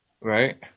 Right